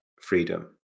freedom